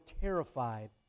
terrified